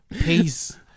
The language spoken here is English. Peace